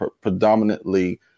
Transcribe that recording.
predominantly